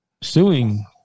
suing